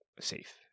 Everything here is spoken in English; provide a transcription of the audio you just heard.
safe